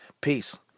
Peace